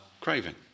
craving